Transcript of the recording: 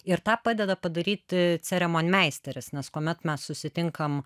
ir tą padeda padaryti ceremonmeisteris nes kuomet mes susitinkam